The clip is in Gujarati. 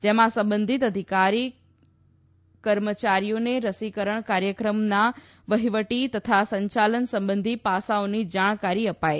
જેમાં સંબંધિત અધીકારી કૃમચારીઓને રસીકરણ કાર્યક્રમના વહીવટી તથા સંચાલન સંબંધી પાસાઓની જાણકારી અપાઇ